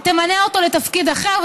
תמנה אותו לתפקיד אחר.